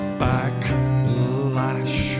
backlash